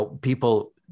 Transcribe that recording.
people